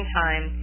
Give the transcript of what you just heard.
time